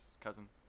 cousin